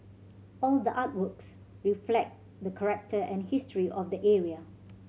all the artworks reflect the character and history of the area